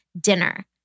dinner